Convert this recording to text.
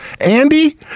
Andy